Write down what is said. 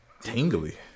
Tingly